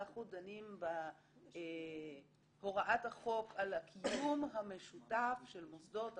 אנחנו דנים בהוראת החוק על הקיום המשותף של מוסדות החינוך,